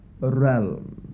realm